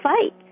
fight